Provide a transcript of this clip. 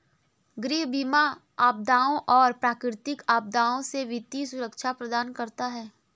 गृह बीमा आपदाओं और प्राकृतिक आपदाओं से वित्तीय सुरक्षा प्रदान करता है